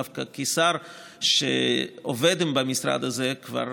דווקא כשר שעובד במשרד הזה כבר